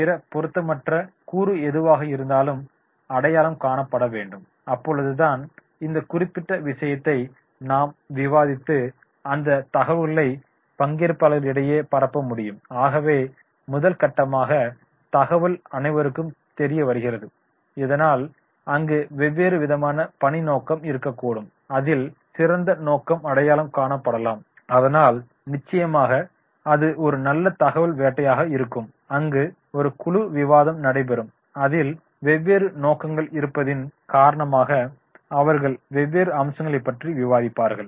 பிற பொருத்தமற்ற கூறு எதுவாக இருந்தாலும் அடையாளம் காணப்பட வேண்டும் அப்பொழுதுதான் இந்த குறிப்பிட்ட விஷயத்தை நாம் விவாதித்து அந்த தகவல்களை பங்கேற்பாளர்க்கிடையே பரப்ப முடியும் ஆகவே முதல் கட்டமாக தகவல் அனைவருக்கும் தெரிய வருகிறது இதனால் அங்கு வெவ்வேறு விதமான பணிநோக்கம் இருக்கக்கூடும் அதில் சிறந்த நோக்கம் அடையாளம் காணபடலாம் அதனால் நிச்சயமாக அது ஒரு தகவல் வேட்டையாக இருக்கும் அங்கு ஒரு குழு விவாதம் நடைபெறும் அதில் வெவ்வேறு நோக்கங்கள் இருப்பதின் காரணமாக அவர்கள் வெவ்வேறு அம்சங்களைப் பற்றி விவாதிப்பார்கள்